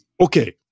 okay